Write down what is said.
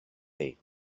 chi